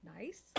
Nice